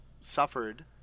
suffered